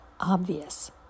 obvious